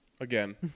Again